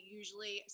usually